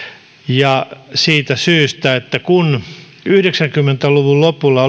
ja siitä syystä että yhdeksänkymmentä luvun lopulla